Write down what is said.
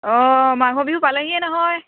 অঁ মাঘৰ বিহু পালেহিয়ে নহয়